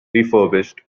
refurbished